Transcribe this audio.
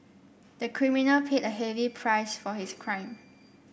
the criminal paid a heavy price for his crime